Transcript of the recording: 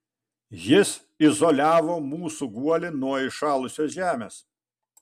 jis izoliavo mūsų guolį nuo įšalusios žemės